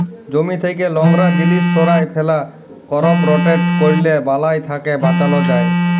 জমি থ্যাকে লংরা জিলিস সঁরায় ফেলা, করপ রটেট ক্যরলে বালাই থ্যাকে বাঁচালো যায়